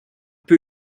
peu